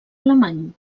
alemany